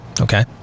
okay